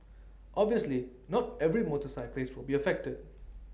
obviously not every motorcyclist will be affected